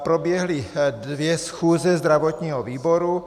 Proběhly dvě schůze zdravotního výboru.